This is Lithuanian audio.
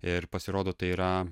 ir pasirodo tai yra